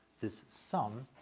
this sum.